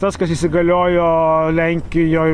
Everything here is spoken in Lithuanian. tas kas įsigaliojo lenkijoj